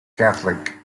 catholic